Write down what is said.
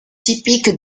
typique